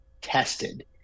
tested